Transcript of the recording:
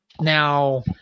Now